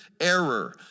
error